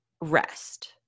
rest